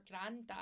granddad